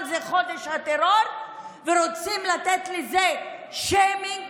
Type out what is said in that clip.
זה חודש הטרור ורוצים לעשות לזה שיימינג,